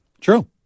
True